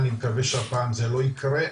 אני מקווה שהפעם זה לא ייקרה,